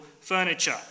furniture